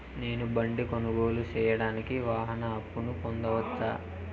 నేను బండి కొనుగోలు సేయడానికి వాహన అప్పును పొందవచ్చా?